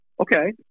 okay